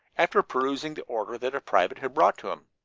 after perusing the order that a private had brought to him.